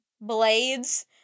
blades